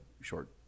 short